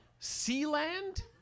Sealand